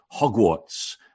Hogwarts